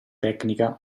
tecnica